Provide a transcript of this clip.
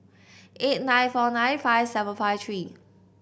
eight nine four nine five seven five three